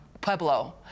Pueblo